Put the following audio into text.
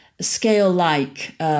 scale-like